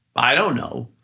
i don't know.